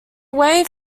away